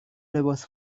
لباس